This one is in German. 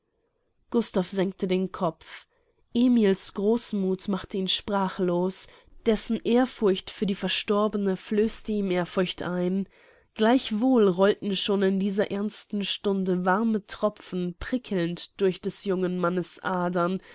gustav senkte den kopf emil's großmuth machte ihn sprachlos dessen ehrfurcht für die verstorbene flößte ihm ehrfurcht ein gleichwohl rollten schon in dieser ernsten stunde warme tropfen prickelnd durch des jungen mannes adern